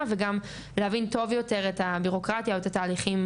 וגם להבין טוב יותר את הבירוקרטיה והתהליכים